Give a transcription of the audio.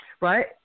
Right